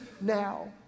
now